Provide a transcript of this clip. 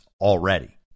already